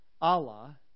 Allah